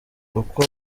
uko